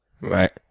Right